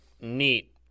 Neat